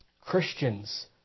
Christians